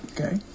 Okay